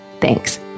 thanks